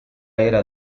era